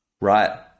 Right